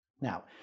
Now